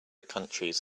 countries